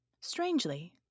Strangely